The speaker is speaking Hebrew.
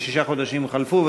ושישה חודשים חלפו,